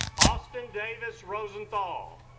austin davis rosenthal